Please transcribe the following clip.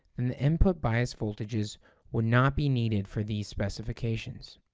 then the input bias voltages would not be needed for these specifications.